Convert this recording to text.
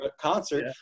concert